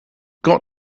got